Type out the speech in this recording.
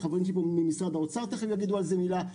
וחבריי ממשרד האוצר תיכף יגידו על זה מילה.